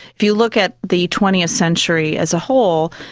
if you look at the twentieth century as a whole,